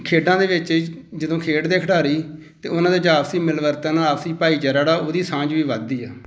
ਖੇਡਾਂ ਦੇ ਵਿੱਚ ਜਦੋਂ ਖੇਡਦੇ ਖਿਡਾਰੀ ਤਾਂ ਉਹਨਾਂ ਦੇ ਵਿੱਚ ਆਪਸੀ ਮਿਲਵਰਤਨ ਆਪਸੀ ਭਾਈਚਾਰਾ ਜਿਹੜਾ ਉਹਦੀ ਸਾਂਝ ਵੀ ਵੱਧਦੀ ਆ